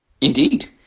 Indeed